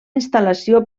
instal·lació